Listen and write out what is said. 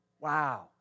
Wow